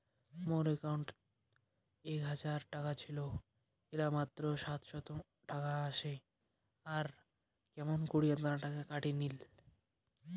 মোর একাউন্টত এক হাজার টাকা ছিল এলা মাত্র সাতশত টাকা আসে আর কেমন করি এতলা টাকা কাটি নিল?